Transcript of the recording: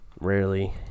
Rarely